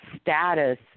status